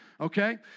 Okay